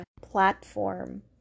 platform